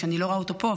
שאני לא רואה אותו פה,